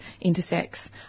intersects